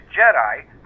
Jedi